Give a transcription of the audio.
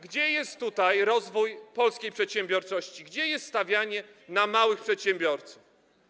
Gdzie jest tutaj rozwój polskiej przedsiębiorczości, gdzie jest stawianie na małych przedsiębiorców?